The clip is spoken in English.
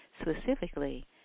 specifically